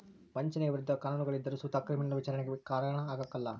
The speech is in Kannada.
ವಂಚನೆಯ ವಿರುದ್ಧ ಕಾನೂನುಗಳಿದ್ದರು ಸುತ ಕ್ರಿಮಿನಲ್ ವಿಚಾರಣೆಗೆ ಕಾರಣ ಆಗ್ಕಲ